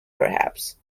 perhaps